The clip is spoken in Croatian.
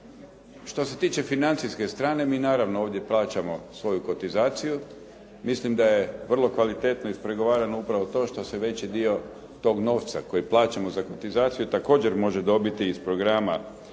Što se tiče financijske strane, mi naravno ovdje plaćamo svoju kotizaciju. Mislim da je vrlo kvalitetno ispregovarano upravo to što se veći dio tog novca koji plaćamo za kotizaciju također može dobiti iz programa